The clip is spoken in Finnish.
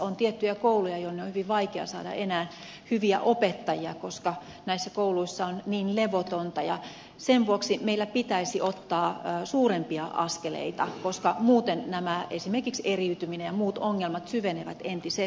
on tiettyjä kouluja jonne on hyvin vaikea saada enää hyviä opettajia koska näissä kouluissa on niin levotonta ja sen vuoksi meillä pitäisi ottaa suurempia askeleita koska muuten esimerkiksi eriytyminen ja muut ongelmat syvenevät entisestään